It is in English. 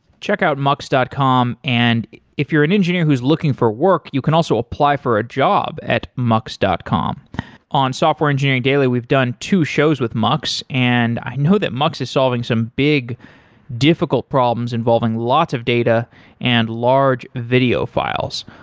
check out mux dot com. and if you're an engineer who's looking for work, you can also apply for a job at mux dot com on software engineering daily, we've done two shows with mux, and i know that mux is solving some big difficult problems involving lots of data and large video files.